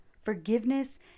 forgiveness